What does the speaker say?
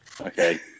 okay